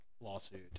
lawsuit